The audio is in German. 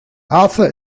arthur